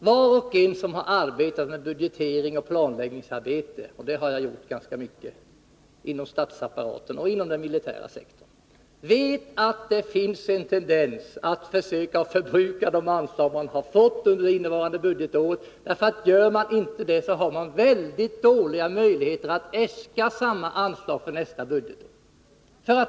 Var och en som arbetat med budgetering och planläggningsarbete inom statsapparaten och inom den militära sektorn — och det har jag gjort ganska mycket — vet att det finns en tendens att försöka förbruka de anslag man har fått under innevarande budgetår. Gör man inte det har man dåliga möjligheter att äska samma anslag för nästa budgetår.